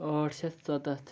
ٲٹھ شیٚتھ سَتَتھ